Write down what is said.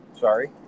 Sorry